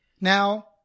Now